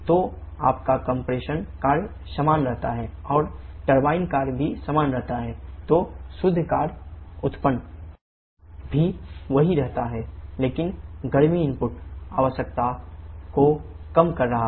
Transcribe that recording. तो आपका कम्प्रेशन कार्य उत्पादन 𝑊𝑛𝑒𝑡 𝑊𝑡 − 𝑊𝑐 भी वही रहता है